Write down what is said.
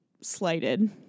slighted